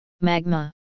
magma